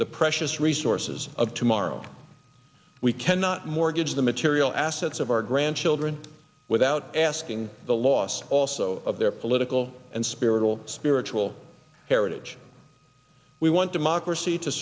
the precious resources of tomorrow we cannot mortgage the material assets of our grandchildren without asking the loss also of their political and spiritual spiritual heritage we want democracy to